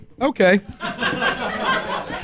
Okay